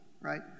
right